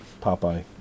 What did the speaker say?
Popeye